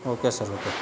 okay sir okay